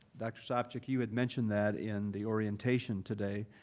dr. sopcich, you had mentioned that in the orientation today,